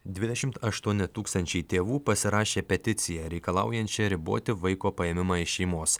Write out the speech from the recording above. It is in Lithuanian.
dvidešimt aštuoni tūkstančiai tėvų pasirašė peticiją reikalaujančią riboti vaiko paėmimą iš šeimos